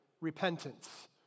repentance